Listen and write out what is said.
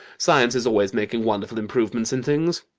science is always making wonderful improvements in things.